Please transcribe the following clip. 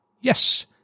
yes